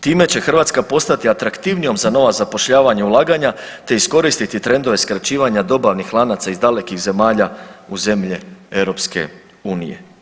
Time će Hrvatska postati atraktivnijom za nova zapošljavanja, ulaganja te iskoristiti trendove skraćivanja dobavnih lanaca iz dalekih zemalja u zemlje EU.